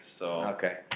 Okay